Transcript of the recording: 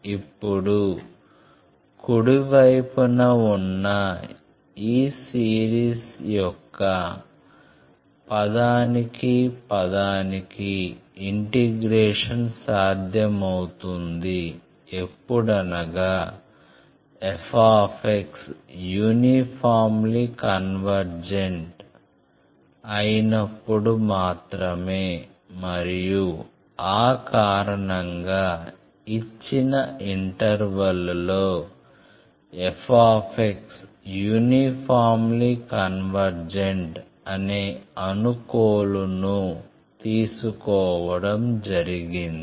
ఇప్పుడు కుడివైపున ఉన్న ఈ సిరీస్ యొక్క పదానికి పదానికి ఇంటిగ్రేషన్ సాధ్యమవుతుంది ఎప్పుడనగా f యూనిఫార్మ్లి కన్వర్జెంట్ అయినప్పుడు మాత్రమే మరియు ఆ కారణంగా ఇచ్చిన ఇంటర్వల్లో f యూనిఫార్మ్లి కన్వర్జెంట్ అనే అనుకోలును తీసుకోవడం జరిగింది